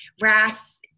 RAS